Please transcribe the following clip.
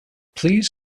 please